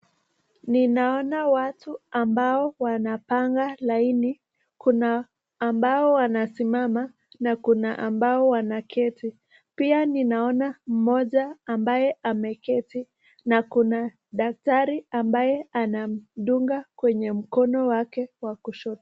Ninaona watu ambao wanapanga laini . Kuna ambao wanasimama na kuna ambao wanaketi. Pia ninaona mmoja ambaye ameketi na kuna daktari ambaye anamdunga kwenye mkono wake wa kushoto.